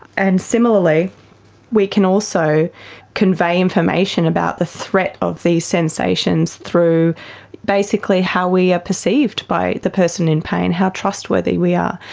and similarly we can also convey information about the threat of these sensations through basically how we are ah perceived by the person in pain, how trustworthy we are.